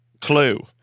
clue